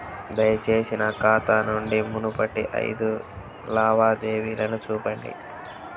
దయచేసి నా ఖాతా నుండి మునుపటి ఐదు లావాదేవీలను చూపండి